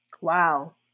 Wow